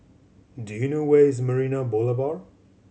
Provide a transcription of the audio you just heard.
do you know where is Marina Boulevard